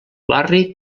barri